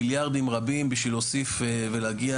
מיליארדים רבים בשביל להוסיף ולהגיע,